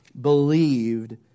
believed